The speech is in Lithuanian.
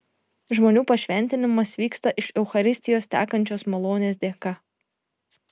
žmonių pašventinimas vyksta iš eucharistijos tekančios malonės dėka